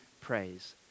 praise